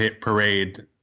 parade